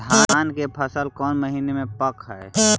धान के फसल कौन महिना मे पक हैं?